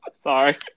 Sorry